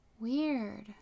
Weird